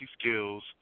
skills